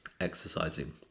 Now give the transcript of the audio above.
exercising